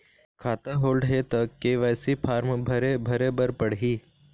खाता होल्ड हे ता के.वाई.सी फार्म भरे भरे बर पड़ही?